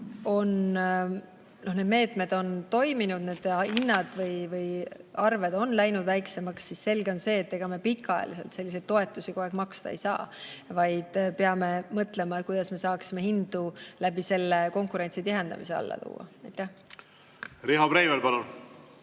need meetmed toiminud, inimeste arved on läinud väiksemaks, siis selge on see, et ega me pikaajaliselt selliseid toetusi maksta ei saa, vaid peame mõtlema, kuidas me saaksime hindu konkurentsi tihendamise kaudu alla tuua. Riho Breivel, palun!